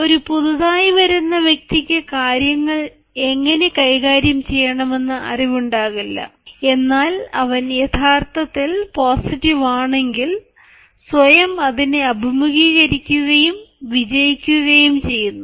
ഒരു പുതുതായി വരുന്ന വ്യക്തിക്ക് കാര്യങ്ങൾ എങ്ങനെ കൈകാര്യം ചെയ്യണമെന്ന് അറിവുണ്ടാകില്ല എന്നാൽ അവൻ യഥാർത്ഥത്തിൽ പോസിറ്റീവ് ആണെങ്കിൽ സ്വയം അതിനെ അഭിമുഖീകരിക്കുകയും വിജയിക്കുകയും ചെയ്യുന്നു